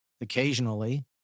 Occasionally